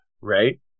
right